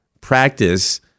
practice